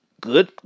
good